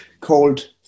called